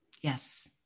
Yes